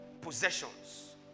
possessions